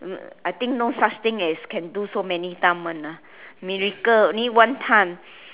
mm I think no such thing as can do so many time one lah miracle only one time